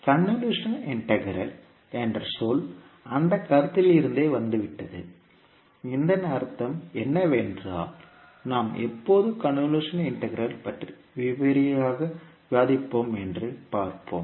convolution integral என்ற சொல் அந்தக் கருத்திலிருந்தே வந்துவிட்டது இதன் அர்த்தம் என்னவென்றால் நாம் எப்போது கன்வொல்யூஷன் இன்டெக்ரல் பற்றி விரிவாக விவாதிப்போம் என்று பார்ப்போம்